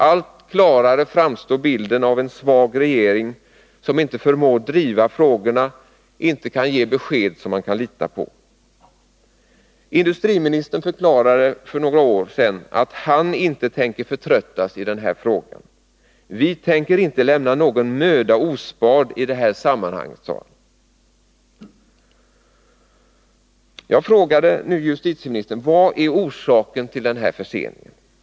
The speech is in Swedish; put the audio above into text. Allt klarare framstår bilden av en svag regering som inte förmår driva de olika frågorna, som inte kan ge besked som man kan lita på. Industriministern förklarade för några år sedan att han inte tänkte förtröttas i den här frågan. Vi tänker inte lämna någon möda ospard i det här sammanhanget, sade han. Jag frågade nyss justitieministern: Vad är orsaken till den här förseningen?